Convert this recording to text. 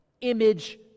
image